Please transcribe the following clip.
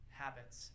habits